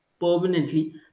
permanently